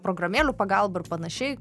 programėlių pagalba ir panašiai